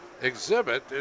exhibit